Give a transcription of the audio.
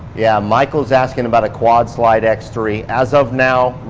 yeah michael is asking about a quad slide, x three. as of now,